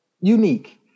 unique